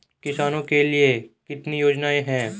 किसानों के लिए कितनी योजनाएं हैं?